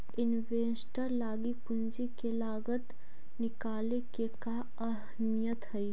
Investor लागी पूंजी के लागत निकाले के का अहमियत हई?